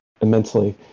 immensely